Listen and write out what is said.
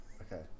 Okay